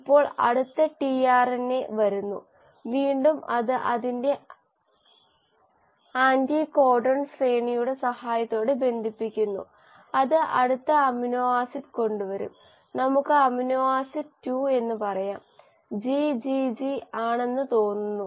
ഇപ്പോൾ അടുത്ത ടിആർഎൻഎ വരുന്നു വീണ്ടും അത് അതിന്റെ ആന്റികോഡൺ ശ്രേണിയുടെ സഹായത്തോടെ ബന്ധിപ്പിക്കുന്നു അത് അടുത്ത അമിനോ ആസിഡ് കൊണ്ടുവരും നമുക്ക് അമിനോ ആസിഡ് 2 എന്ന് പറയാം GGG ആണെന്ന് തോന്നുന്നു